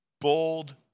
bold